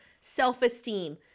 self-esteem